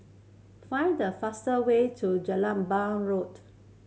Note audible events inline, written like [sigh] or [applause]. find the fastest way to [unintelligible] Road